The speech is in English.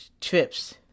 trips